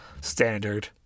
standard